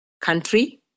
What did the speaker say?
country